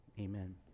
amen